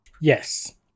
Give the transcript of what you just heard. Yes